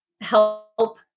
help